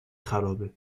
خرابه